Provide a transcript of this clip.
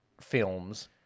films